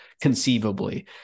conceivably